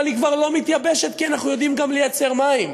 אבל היא כבר לא מתייבשת כי אנחנו יודעים גם לייצר מים.